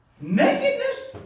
Nakedness